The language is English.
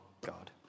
God